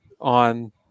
on